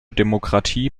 demokratie